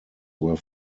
were